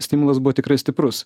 stimulas buvo tikrai stiprus